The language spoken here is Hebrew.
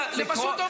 זה פשוט עובד.